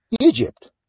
Egypt